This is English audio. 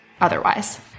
otherwise